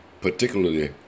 particularly